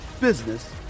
business